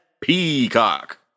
Peacock